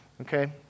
Okay